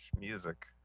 music